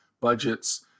budgets